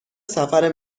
سفر